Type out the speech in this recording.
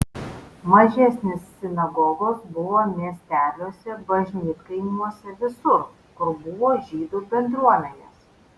mažesnės sinagogos buvo miesteliuose bažnytkaimiuose visur kur buvo žydų bendruomenės